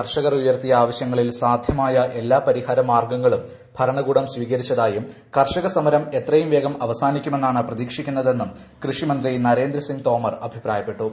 കർഷകർ ഉയർത്തിയ ആവശ്യങ്ങളിൽ സാധ്യമായ എല്ലാ പരിഹാരമാർഗ്ഗങ്ങളും ഭരണകൂടം സ്വീകരിച്ചതായും കർഷക സമർം എത്രയും വേഗം അവസാനിക്കുമെന്നാണ് പ്രതീക്ഷിക്കുന്നതെന്ന് കൃഷിമന്ത്രി നരേന്ദ്ര സിംഗ് തോമർ അഭിപ്രായപ്പെട്ടു